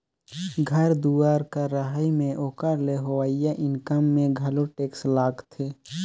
घर दुवार कर रहई में ओकर ले होवइया इनकम में घलो टेक्स लागथें